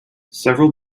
several